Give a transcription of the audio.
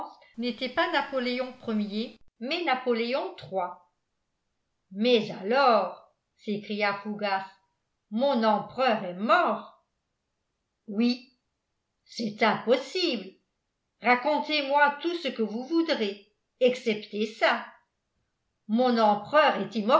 n'était pas napoléon ier mais napoléon iii mais alors s'écria fougas mon empereur est mort oui c'est impossible racontez-moi tout ce que vous voudrez excepté ça mon empereur